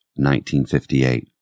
1958